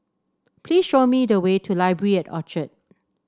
please show me the way to Library at Orchard